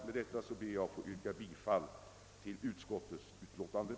Med detta ber jag att få yrka bifall till utskottets hemställan.